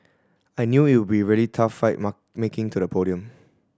I knew it would be really tough fight making to the podium